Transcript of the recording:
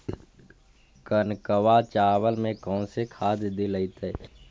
कनकवा चावल में कौन से खाद दिलाइतै?